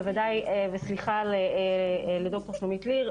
וסליחה לדוקטור שלומית ליר,